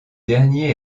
dernier